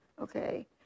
Okay